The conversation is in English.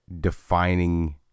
defining